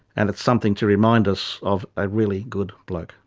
and it's something to remind us of a really good bloke.